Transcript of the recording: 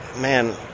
Man